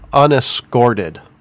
unescorted